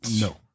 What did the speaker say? No